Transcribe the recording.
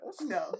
No